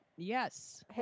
Yes